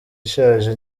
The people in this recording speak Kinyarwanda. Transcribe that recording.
ishaje